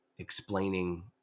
explaining